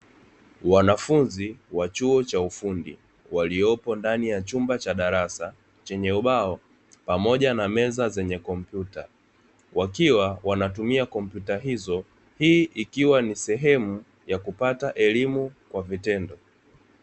Wanafunzi wa chuo cha ufundi waliopo ndani ya chumba cha darasa, chenye ubao pamoja na meza zenye kompyuta, wakiwa wanatumia kompyuta hizo. Hii ikiwa ni sehemu ya kupata elimu kwa vitendo.